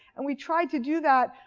and we tried to do that.